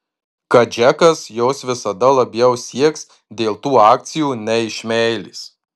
kad džekas jos visada labiau sieks dėl tų akcijų nei iš meilės